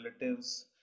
relatives